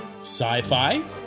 sci-fi